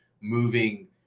moving